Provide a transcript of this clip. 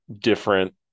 different